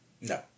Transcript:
No